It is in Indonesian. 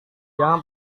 jangan